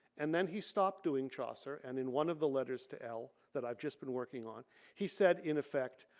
and then he stopped doing chaucer and in one of the letters to ell that i've just been working on he said in effect,